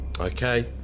Okay